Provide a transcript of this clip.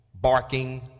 barking